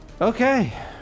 Okay